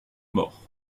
morts